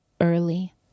early